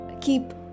keep